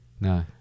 No